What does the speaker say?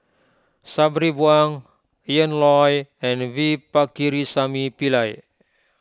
Sabri Buang Ian Loy and V Pakirisamy Pillai